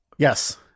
Yes